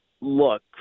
look